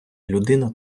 людина